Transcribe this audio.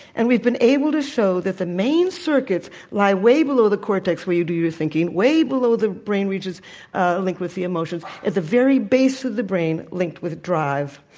and we've been able to show that the main circuits lie way below the cortex, where you do your thinking, way below the brain regions ah linked with the emotions at the very base of the brain linked with drive.